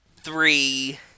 three